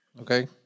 Okay